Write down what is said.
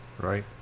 Right